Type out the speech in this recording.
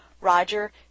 Roger